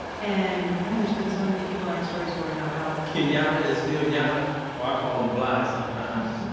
and god, there's been so many people in our stories who are now out kenyatta is still yatta. or i call em bly sometimes